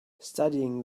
studying